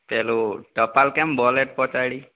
પેલું ટપાલ કેમ બહુ લેટ પહોંચાડી